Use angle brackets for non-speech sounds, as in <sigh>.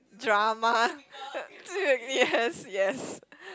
drama <noise> yes yes